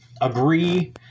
agree